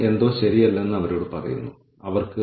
ഇത്തരത്തിലുള്ള പരിശീലനം വളരെ ബുദ്ധിമുട്ടാണ്